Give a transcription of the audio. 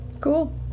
cool